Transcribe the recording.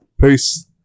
Peace